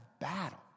battle